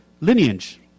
lineage